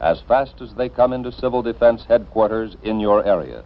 as fast as they come in to civil defense headquarters in your area